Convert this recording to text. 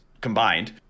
combined